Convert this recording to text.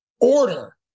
order